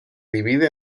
divide